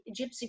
gypsy